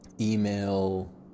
email